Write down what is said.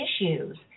issues